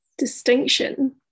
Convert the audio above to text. Distinction